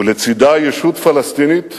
ולצדה ישות פלסטינית